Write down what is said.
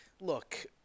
look